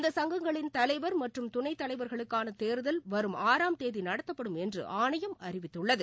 இந்த சங்கங்களின் தலைவர் மற்றும் துணத் தலைவர்களுக்கானதேர்தல் வரும் ஆழாம் தேதிநடத்தப்படும் என்றுஆணையம் அறிவித்துள்ளது